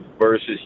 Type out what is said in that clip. versus